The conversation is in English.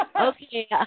Okay